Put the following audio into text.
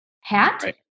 hat